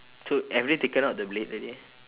so have they taken out the blade already